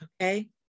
okay